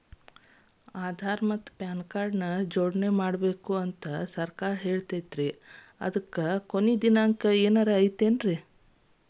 ಆಧಾರ ಮತ್ತ pan card ನ ಜೋಡಣೆ ಮಾಡ್ಬೇಕು ಅಂತಾ ಸರ್ಕಾರ ಹೇಳೈತ್ರಿ ಅದ್ಕ ಟೈಮ್ ಏನಾರ ಐತೇನ್ರೇ?